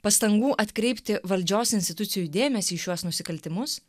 pastangų atkreipti valdžios institucijų dėmesį į šiuos nusikaltimus